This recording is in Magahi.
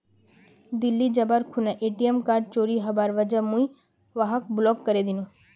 दिल्ली जबार खूना ए.टी.एम कार्ड चोरी हबार वजह मुई वहाक ब्लॉक करे दिनु